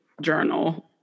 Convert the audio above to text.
journal